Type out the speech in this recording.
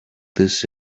this